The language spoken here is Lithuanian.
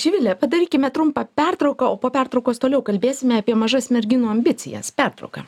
živile padarykime trumpą pertrauką o po pertraukos toliau kalbėsime apie mažas merginų ambicijas pertrauka